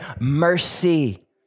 mercy